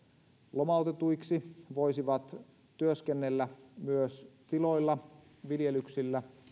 lomautetuiksi voisivat työskennellä myös tiloilla viljelyksillä